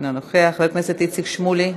אינו נוכח, חבר הכנסת איציק שמולי,